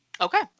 Okay